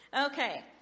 Okay